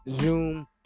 Zoom